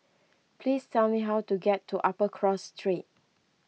please tell me how to get to Upper Cross Street